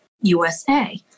USA